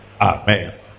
Amen